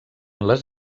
les